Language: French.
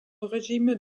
régime